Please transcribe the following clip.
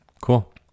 cool